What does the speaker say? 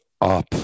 up